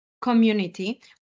community